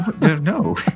No